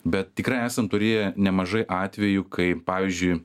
bet tikrai esam turėję nemažai atvejų kai pavyzdžiui